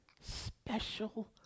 special